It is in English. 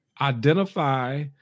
identify